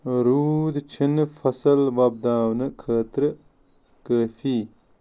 روٗد چھنہٕ فصل وۄپداونہٕ خٲطرٕ کٲفی